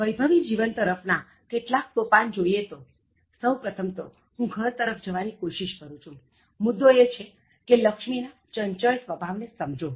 વૈભવી જીવન તરફ ના કેટલાક સોપાન જોઇએ તો સહુ પ્રથમ તો હું ઘર તરફ જવાની કોશિશ કરુ છું મુદ્દો એ છે કે લક્ષ્મી ના ચંચળ સ્વભાવ ને સમજો